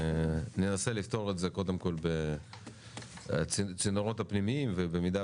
ננסה לפתור את זה קודם כל בצינורות הפנימיים ובמידה